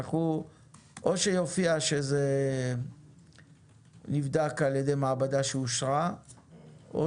או שיופיע שזה נבדק על ידי מעבדה שאושרה או